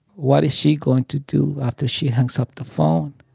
what is she going to do after she hangs up the phone?